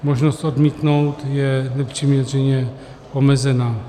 Možnost odmítnout je nepřiměřeně omezená.